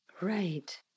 Right